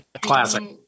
Classic